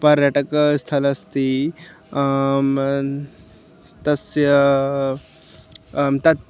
पर्यटकस्थलमस्ति तस्य तत्